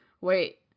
wait